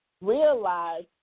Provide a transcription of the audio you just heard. realize